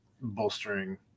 bolstering